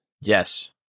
Yes